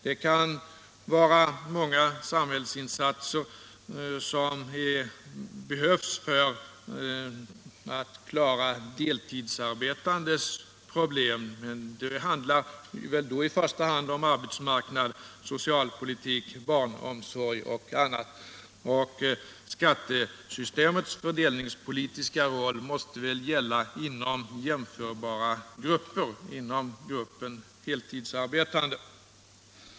Det kan vara många samhällsinsatser som behövs för att klara de deltidsarbetandes problem. Men det handlar i första hand om arbetsmarknaden, socialpolitiken, barnomsorgen m.m. Skattesystemets fördelningspolitiska roll måste väl gälla inom jämförbara grupper, i det här fallet gruppen heltidsarbetande.